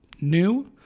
new